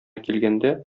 килгәндә